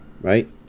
right